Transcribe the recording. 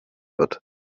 wird